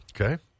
Okay